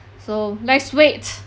so let's wait